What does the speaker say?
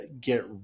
get